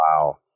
Wow